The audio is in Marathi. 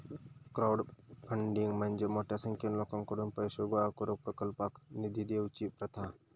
क्राउडफंडिंग म्हणजे मोठ्या संख्येन लोकांकडुन पैशे गोळा करून प्रकल्पाक निधी देवची प्रथा